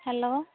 hello